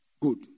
Good